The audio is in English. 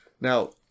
now